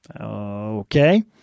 Okay